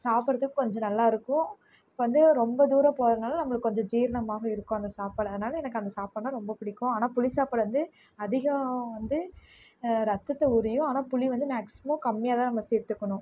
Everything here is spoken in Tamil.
சாப்பிட்றதுக்கு கொஞ்சம் நல்லா இருக்கும் இப்போ வந்து ரொம்ப தூரம் போகிறதுனால நம்மளுக்கு கொஞ்சம் ஜீரணமாகும் இருக்கும் அந்த சாப்பாடு அதனால எனக்கு அந்த சாப்பாடுனால் ரொம்ப பிடிக்கும் ஆனால் புளி சாப்பாடு வந்து அதிகம் வந்து ரத்தத்தை உரியும் ஆனால் புளி வந்து மேக்சிமம் கம்மியாக தான் நம்ம சேர்த்துக்கணும்